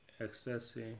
ecstasy